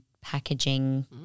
packaging